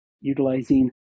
utilizing